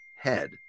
head